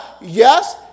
Yes